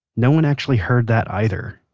no one actually heard that either.